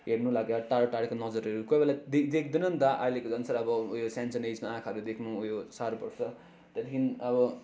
हेर्नु लागि टाढो टाढोको नजरहरू कोही बेला देख्दैन नि त अहिलेको झन् साह्रो अब उयो सानसानो एजमा आँखाहरू देख्नु उयो साह्रो पर्छ त्यहाँदेखि अब